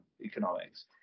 economics